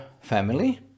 family